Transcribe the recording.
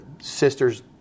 sister's